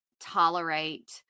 tolerate